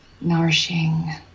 nourishing